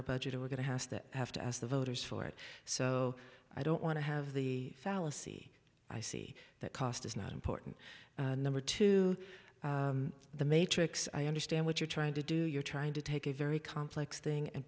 our budget or we're going to house that have to as the voters for it so i don't want to have the fallacy i see that cost is not important number to the matrix i understand what you're trying to do you're trying to take a very complex thing and